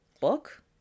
book